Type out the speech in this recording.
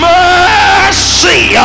mercy